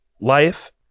life